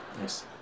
Yes